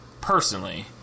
Personally